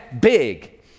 big